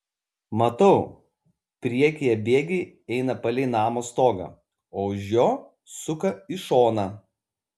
matau priekyje bėgiai eina palei namo stogą o už jo suka į šoną